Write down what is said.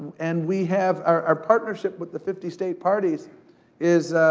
and we have, our partnership with the fifty state parties is,